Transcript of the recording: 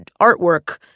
artwork